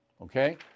okay